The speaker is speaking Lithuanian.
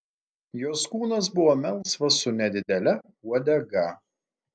jos kūnas buvo melsvas su nedidele uodega